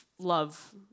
love